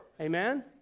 amen